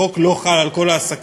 החוק לא חל על כל העסקים,